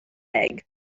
egg